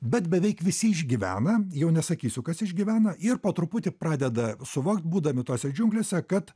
bet beveik visi išgyvena jau nesakysiu kas išgyvena ir po truputį pradeda suvokt būdami tose džiunglėse kad